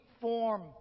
form